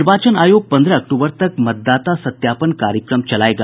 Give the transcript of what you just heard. निर्वाचन आयोग पन्द्रह अक्टूबर तक मतदाता सत्यापान कार्यक्रम चलायेगा